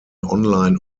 online